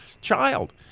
child